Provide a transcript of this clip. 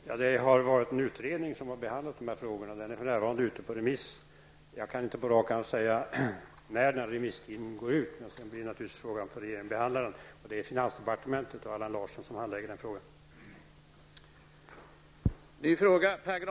Herr talman! Det finns en utredning som har behandlat den här frågan och den är för närvarande ute på remiss. Jag kan inte på rak arm säga när remisstiden går ut. Därefter skall regeringen behandla ärendet. Det är finansdepartementet och Allan Larsson som har att handlägga denna fråga.